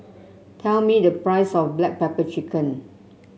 tell me the price of Black Pepper Chicken